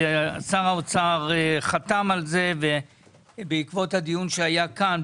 שר האוצר חתם על זה ובעקבות הדיון שהיה כאן,